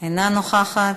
אינה נוכחת,